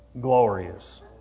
glorious